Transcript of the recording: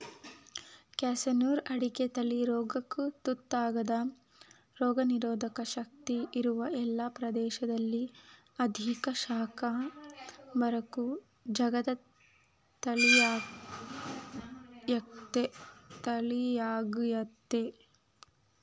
ಕ್ಯಾಸನೂರು ಅಡಿಕೆ ತಳಿ ರೋಗಕ್ಕು ತುತ್ತಾಗದ ರೋಗನಿರೋಧಕ ಶಕ್ತಿ ಇರುವ ಎಲ್ಲ ಪ್ರದೇಶದಲ್ಲಿ ಅಧಿಕ ಶಾಖ ಬರಕ್ಕೂ ಜಗ್ಗದ ತಳಿಯಾಗಯ್ತೆ